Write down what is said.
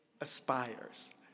aspires